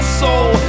soul